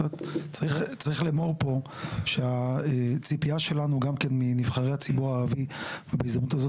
צריך לאמור פה שהציפייה שלנו גם מנבחרי הציבור הערבי ובהזדמנות הזאת,